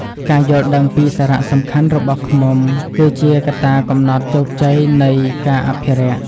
ការយល់ដឹងពីសារៈសំខាន់របស់ឃ្មុំគឺជាកត្តាកំណត់ជោគជ័យនៃការអភិរក្ស។